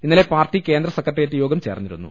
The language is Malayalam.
ഇന്നലെ പാർട്ടി കേന്ദ്ര സെക്രട്ടറിയേറ്റ് യോഗം ചേർന്നി രുന്നു